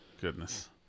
Goodness